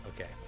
Okay